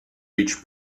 reached